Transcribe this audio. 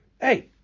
hey